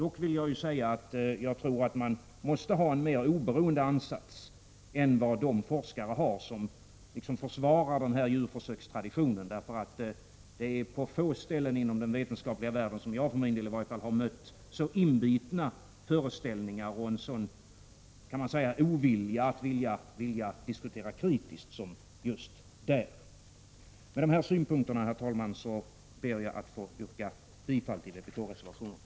Jag vill dock säga att jag tror att man måste ha en mer oberoende ansats än vad de forskare har som försvarar djurförsökstraditionen. Det är på få ställen inom den vetenskapliga världen som åtminstone jag mött så inbitna föreställningar och en sådan ovilja till att diskutera kritiskt som just bland dessa forskare. Med de här synpunkterna, herr talman, ber jag att få yrka bifall till vpk-reservationen.